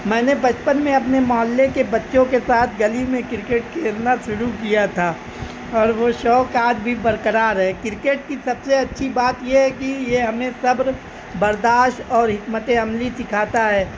میں نے بچپن میں اپنے محلے کے بچوں کے ساتھ گلی میں کرکٹ کھیلنا شروع کیا تھا اور وہ شوق آج بھی برقرار ہے کرکٹ کی سب سے اچھی بات یہ ہے کہ یہ ہمیں صبر برداشت اور حکمت عملی سکھاتا ہے